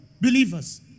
believers